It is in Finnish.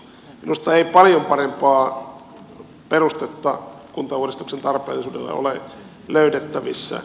minusta ei paljon parempaa perustetta kuntauudistuksen tarpeellisuudelle ole löydettävissä